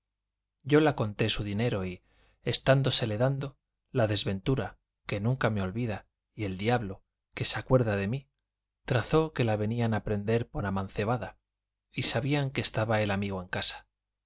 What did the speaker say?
yo la conté su dinero y estándosele dando la desventura que nunca me olvida y el diablo que se acuerda de mí trazó que la venían a prender por amancebada y sabían que estaba el amigo en casa